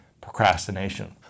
procrastination